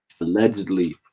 allegedly